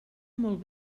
molt